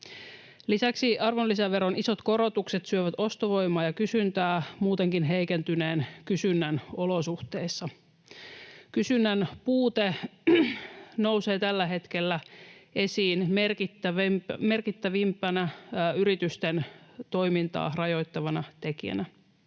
Lisäksi arvonlisäveron isot korotukset syövät ostovoimaa ja kysyntää muutenkin heikentyneen kysynnän olosuhteissa. Kysynnän puute nousee tällä hetkellä esiin merkittävimpänä yritysten toimintaa rajoittavana tekijänä.